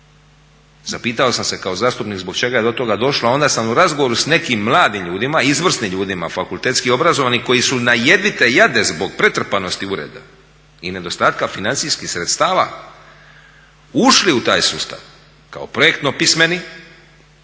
Zapitao sam se kao zastupnik zbog čega je do toga došlo a onda sam u razgovoru sa nekim mladim ljudima, izvrsnim ljudima, fakultetski obrazovanim koji su na jedvite jade zbog pretrpanosti ureda i nedostatka financijskih sredstava ušli u taj sustav kao projektno pismeni,